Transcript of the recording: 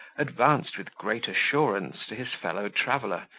advanced with great assurance to his fellow-traveller,